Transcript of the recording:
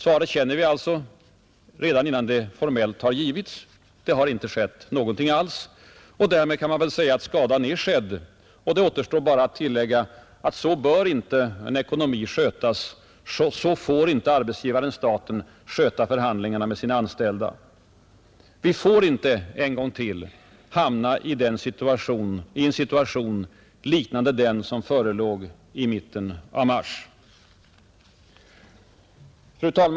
Svaret känner vi, redan innan detta formellt givits: Det har inte skett någonting alls. Därmed kan man väl säga att skadan redan är skedd. Det återstår bara att tillägga: Så bör icke en ekonomi skötas. Så får arbetsgivaren-staten inte sköta sina förhandlingar med sina anställda. Vi får inte återigen hamna i en situation liknande den som förelåg i mitten av mars. Fru talman!